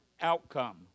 outcome